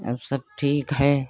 और सब ठीक है